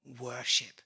worship